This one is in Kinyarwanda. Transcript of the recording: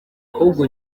ahubwo